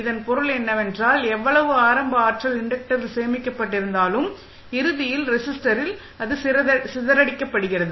இதன் பொருள் என்னவென்றால் எவ்வளவு ஆரம்ப ஆற்றல் இன்டக்டரில் சேமிக்கப்பட்டிருந்தாலும் இறுதியில் ரெஸிஸ்டரில் சிதறடிக்கப்படுகிறது